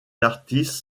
d’artistes